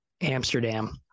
amsterdam